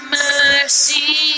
mercy